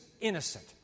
innocent